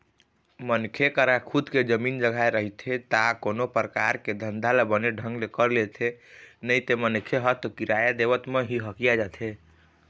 मनखे करा खुद के जमीन जघा रहिथे ता कोनो परकार के धंधा ल बने ढंग ले कर लेथे नइते मनखे ह तो किराया देवत म ही हकिया जाथे